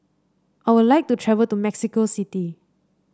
I would like to travel to Mexico City